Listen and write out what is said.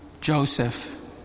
Joseph